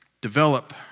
Develop